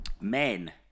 Men